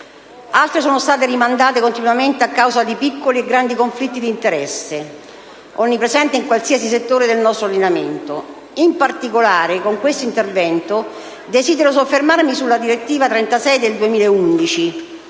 Altre sono state invece rimandate continuamente a causa di piccoli e grandi conflitti d'interesse, onnipresenti in qualsiasi settore del nostro ordinamento. In particolare, con questo intervento desidero soffermarmi sulla direttiva n. 36 del 2011,